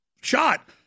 shot